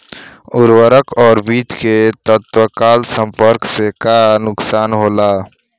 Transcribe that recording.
उर्वरक और बीज के तत्काल संपर्क से का नुकसान होला?